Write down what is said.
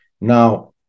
Now